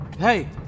Hey